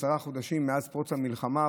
עשרה חודשים מאז פרוץ המלחמה,